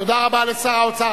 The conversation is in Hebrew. תודה רבה לשר האוצר.